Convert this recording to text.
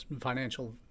financial